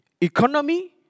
economy